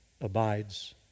abides